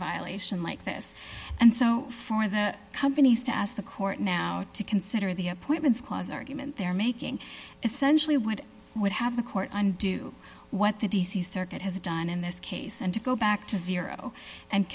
violation like this and so for the companies to ask the court now to consider the appointments clause argument they're making essentially what would have the court undo what the d c circuit has done in this case and to go back to zero and